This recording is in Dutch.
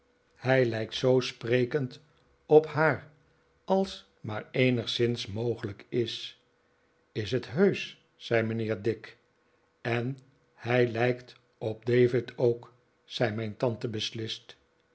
hij lijkt zoo spredavid copperfie l d kend op haar als maar eenigszins mogelijk is is het heusch zei mijnheer dick en hij lijkt op david ook zei mijn tante beslist